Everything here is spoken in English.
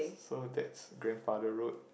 so that's grandfather road